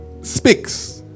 speaks